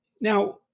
Now